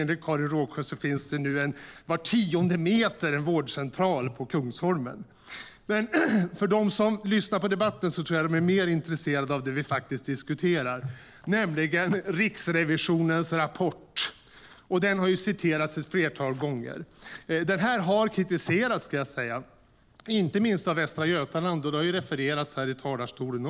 Enligt Karin Rågsjö finns det nu en vårdcentral på var tionde meter på Kungsholmen. De som lyssnar på debatten tror jag är mer intresserade av det som vi faktiskt diskuterar, nämligen Riksrevisionens rapport. Den har citerats ett flertal gånger. Den har kritiserats, inte minst av Västra Götaland, vilket har refererats här i talarstolen.